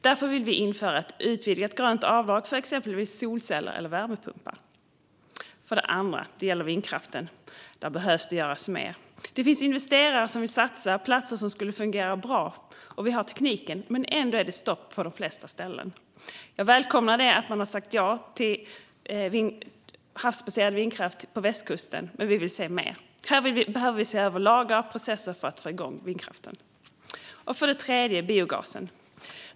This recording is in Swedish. Därför vill vi införa ett utvidgat grönt avdrag för exempelvis solceller eller värmepumpar. För det andra handlar det om vindkraften. Där behöver mer göras. Det finns investerare som vill satsa, och det finns platser som skulle fungera bra. Tekniken finns, men ändå är det stopp på de flesta ställen. Jag välkomnar att man har sagt ja till havsbaserad vindkraft på västkusten, men jag vill se mer. Här behöver vi se över lagar och processer för att få igång vindkraften. För det tredje är det frågan om biogasen.